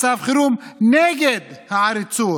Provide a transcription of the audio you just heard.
מצב חירום נגד העריצות,